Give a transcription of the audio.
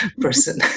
person